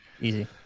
Easy